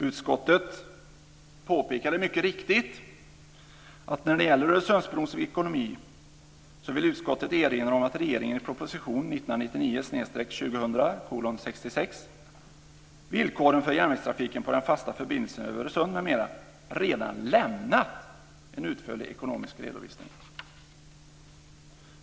Utskottet påpekar mycket riktigt: "När det gäller Öresundsbrons ekonomi vill utskottet erinra om att regeringen i proposition 1999/2000:66 Villkoren för järnvägstrafiken på den fasta förbindelsen över Öresund m.m. redan lämnat en utförlig ekonomisk redovisning."